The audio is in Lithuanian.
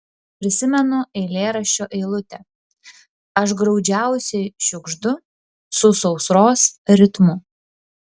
prisimenu eilėraščio eilutę aš graudžiausiai šiugždu su sausros ritmu